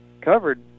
covered